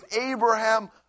Abraham